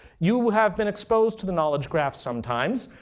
you have been exposed to the knowledge graph sometimes.